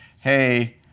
hey